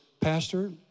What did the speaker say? Pastor